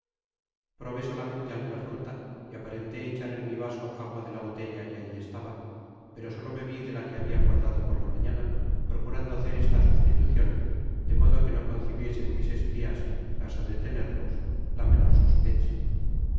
probé solamente alguna fruta y aparenté echar en mi vaso agua de la botella que alli estaba pero solo bebi de la que habia guardado por la mañana procurando hacer esta sustitucion de modo que no concibiesen mis espias caso de tenerlos la menor sospecha